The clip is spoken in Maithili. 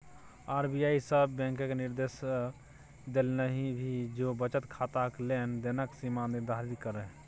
आर.बी.आई सभ बैंककेँ निदेर्श देलनि जे ओ बचत खाताक लेन देनक सीमा निर्धारित करय